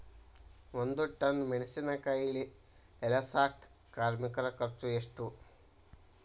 ಒಂದ್ ಟನ್ ಮೆಣಿಸಿನಕಾಯಿ ಇಳಸಾಕ್ ಕಾರ್ಮಿಕರ ಖರ್ಚು ಎಷ್ಟು?